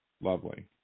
Lovely